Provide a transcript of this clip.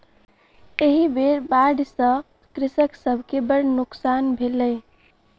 एहि बेर बाढ़ि सॅ कृषक सभ के बड़ नोकसान भेलै